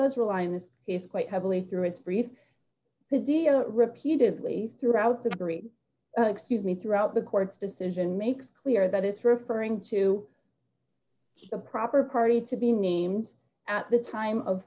does rely on this is quite heavily through its brief who dio repeatedly throughout the period excuse me throughout the court's decision makes clear that it's referring to the proper party to be named at the time of